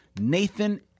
Nathan